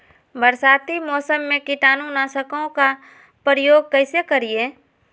बरसाती मौसम में कीटाणु नाशक ओं का प्रयोग कैसे करिये?